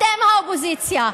אתם האופוזיציה,